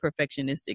perfectionistic